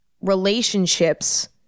relationships